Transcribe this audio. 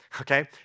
okay